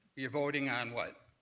you're voting on what?